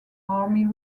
army